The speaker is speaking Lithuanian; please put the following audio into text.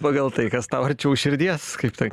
pagal tai kas tau arčiau širdies kaip tai